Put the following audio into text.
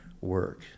work